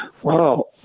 Wow